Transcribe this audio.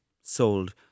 sold